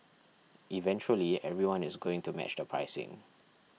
eventually everyone is going to match the pricing